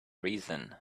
reason